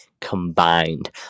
combined